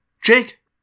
Jake